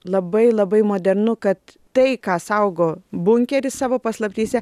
labai labai modernu kad tai ką saugo bunkeris savo paslaptyse